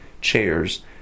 chairs